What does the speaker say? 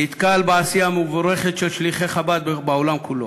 נתקל בעשייה המבורכת של שליחי חב"ד בעולם כולו.